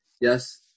Yes